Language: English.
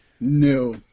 No